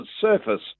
surface